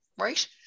Right